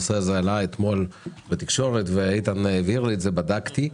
הנושא הזה עלה אתמול בתקשורת ואיתן העביר לי - בדקתי.